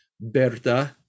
Berta